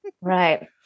right